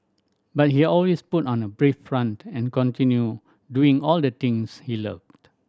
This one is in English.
but he always put on a brave front and continued doing all the things he loved